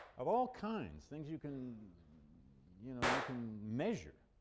of all kinds, things you can you know you can measure,